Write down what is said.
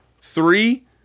Three